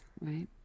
right